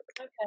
okay